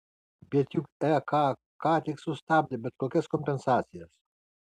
bet juk ek ką tik sustabdė bet kokias kompensacijas